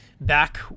back